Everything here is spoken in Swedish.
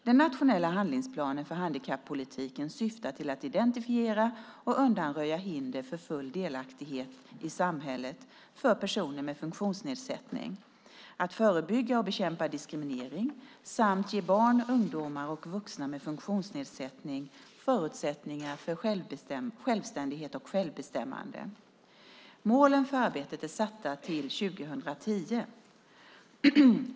Den nationella handlingsplanen för handikappolitiken syftar till att identifiera och undanröja hinder för full delaktighet i samhället för personer med funktionsnedsättning, att förebygga och bekämpa diskriminering och att ge barn, ungdomar och vuxna med funktionsnedsättning förutsättningar för självständighet och självbestämmande. Målen för arbetet är satta till 2010.